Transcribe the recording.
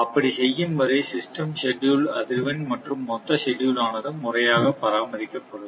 அப்படி செய்யும் வரை சிஸ்டம் ஷெட்யூல் அதிர்வெண் மற்றும் மொத்த ஷெட்யூல் ஆனது முறையாக பராமரிக்கப்படும்